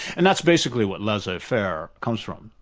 and that's basically what laissez-faire comes from.